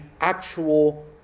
actual